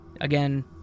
Again